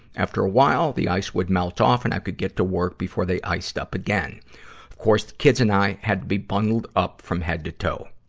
after a while, the ice would melt off and i could get to work before they iced up again. of course, the kids and i had to be bundled up from head to toe.